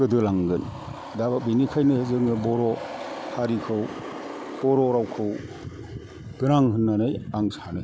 गोदोलांगोन दा बेनिखायनो जोङो बर' हारिखौ बर' रावखौ गोनां होननानै आं सानो